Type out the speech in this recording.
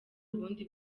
ubundi